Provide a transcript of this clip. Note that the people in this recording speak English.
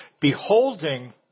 beholding